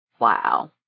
Wow